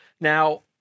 Now